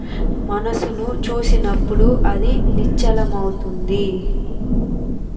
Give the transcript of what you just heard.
మనసును చూసినప్పుడు అది నిశ్చలమవుతుంది